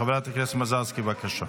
חברת הכנסת מזרסקי, בבקשה.